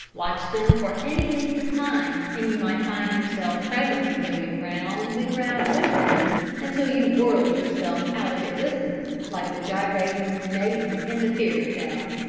watch them for any length of time and you might find yourself presently going round and round with them until you whirled yourself out of existence, like the gyrating maiden in the fairy tale.